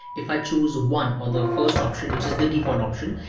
if i choose one um the first option, which is the default option,